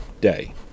day